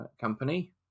company